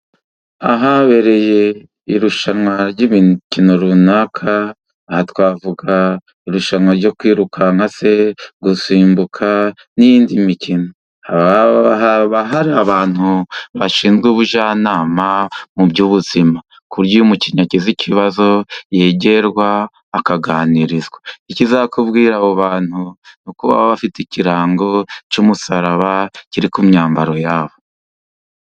Ahabereye irushanwa ry'imikino runaka, aha twavuga irushanwa ryo kwirukanka se gusimbuka n'indi mikino, haba hari abantu bashinzwe ubujyanama mu by'ubuzima, ku buryo iyo umukinnyi agize ikibazo yegerwa akaganirizwa. Ikizakubwira abo bantu ni uko baba bafite ikirango cy'umusaraba, kiri ku myambaro yabo.